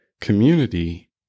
community